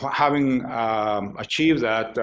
having achieved that,